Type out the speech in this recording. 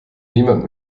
niemand